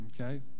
okay